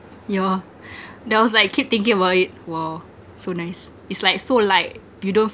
yeah then I was like keep thinking about it !wah! so nice it's like so light you don't